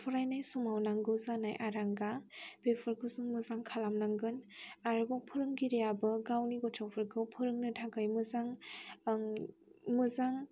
फरायनाय समाव नांगौ जानाय आरांगा बेफोरखौ जों मोजां खालामनांगोन आरोबाव फोरोंगिरियाबो गावनि गथ'फोरखौ फोरोंनो थाखाय मोजां मोजां